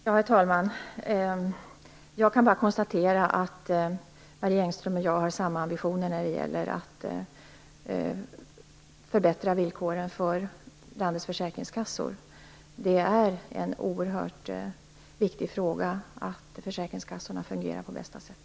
Herr talman! Jag kan bara konstatera att Marie Engström och jag har samma ambition när det gäller att förbättra villkoren för landets försäkringskassor. Det är oerhört viktigt att försäkringskassorna fungerar på bästa sätt.